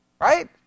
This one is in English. Right